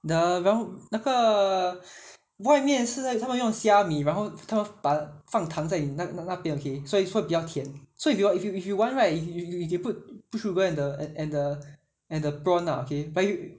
the don~ 那个外面是在他们用虾米然后他们把放糖在你那那边 okay 所以说比较甜 so if if you if you want right if you if you put sugar and the and the and and the prawn ah okay but if you